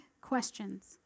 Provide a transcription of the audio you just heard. questions